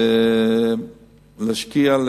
ולהשקיע,